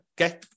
Okay